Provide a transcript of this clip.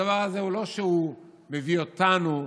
הדבר הזה, לא שהוא מביא אותנו,